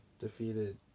defeated